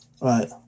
Right